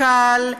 קל,